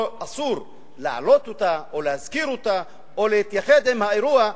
אסור להעלות אותה או להזכיר אותה או להתייחד עם האירוע,